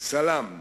סלאם,